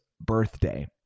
birthday